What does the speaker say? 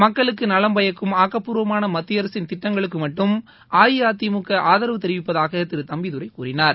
மக்களுக்கு நலம் பயக்கும் ஆக்கப்பூர்வமான மத்திய அரசின் திட்டங்களுக்கு மட்டும் அஇஅதிமுக ஆதரவு தெரிவிப்பதாக திரு தம்பிதுரை கூறினார்